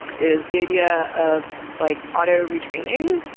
is the idea of like auto retraining.